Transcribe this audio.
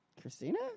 Christina